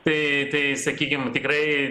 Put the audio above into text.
tai tai sakykim tikrai